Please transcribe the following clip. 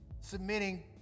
submitting